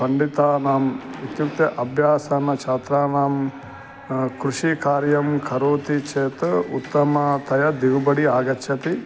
पण्डितानाम् इत्युक्ते अभ्यासनं छात्राणां कृषिकार्यं करोति चेत् उत्तमतया दिगुबडि आगच्छति